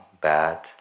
bad